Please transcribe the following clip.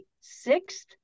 sixth